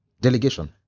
Delegation